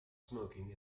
smoking